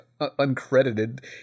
uncredited